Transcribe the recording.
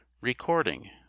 Recording